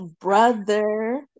brother